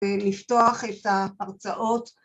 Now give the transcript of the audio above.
‫ולפתוח את ההרצאות.